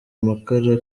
amakara